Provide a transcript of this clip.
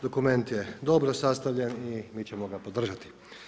Dokument je dobro sastavljen i mi ćemo ga podržati.